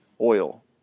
oil